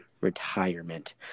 retirement